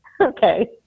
okay